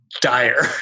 dire